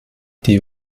die